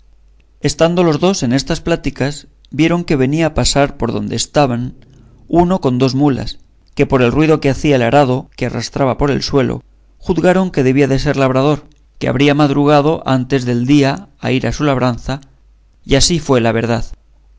estando los dos en estas pláticas vieron que venía a pasar por donde estaban uno con dos mulas que por el ruido que hacía el arado que arrastraba por el suelo juzgaron que debía de ser labrador que habría madrugado antes del día a ir a su labranza y así fue la verdad